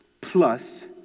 plus